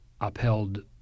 upheld